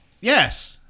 Yes